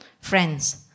Friends